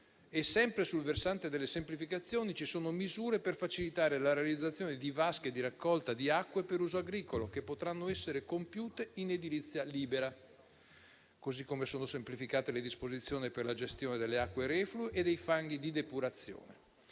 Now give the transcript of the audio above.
Sempre sul versante delle semplificazioni, ci sono misure per facilitare la realizzazione di vasche di raccolta di acque per uso agricolo, che potranno essere compiute in edilizia libera; così come sono semplificate le disposizioni per la gestione delle acque reflue e dei fanghi di depurazione.